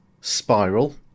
spiral